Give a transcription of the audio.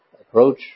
approach